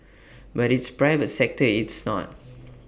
but its private sector is not